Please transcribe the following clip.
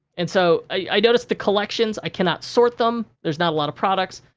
and so, i notice the collections, i cannot sort them, there's not a lotta products,